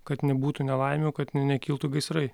kad nebūtų nelaimių kad nekiltų gaisrai